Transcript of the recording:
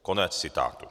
Konec citátu.